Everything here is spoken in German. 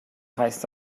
heißt